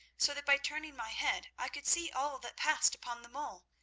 so that by turning my head i could see all that passed upon the mole.